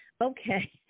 Okay